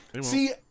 see